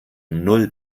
null